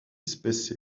espèce